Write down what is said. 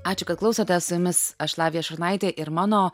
ačiū kad klausotės su jumis aš lavija šurnaitė ir mano